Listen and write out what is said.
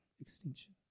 extinction